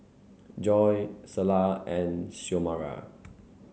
Joy Selah and Xiomara